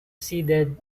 seeded